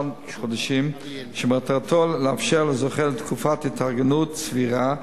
חודשים שמטרתו לאפשר לזוכה תקופת התארגנות סבירה,